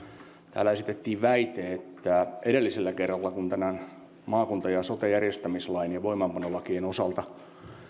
täällä esitettiin väite että edellisellä kerralla kun tämän maakunta ja sote järjestämislain ja voimaanpanolakien osalta